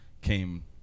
came